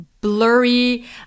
blurry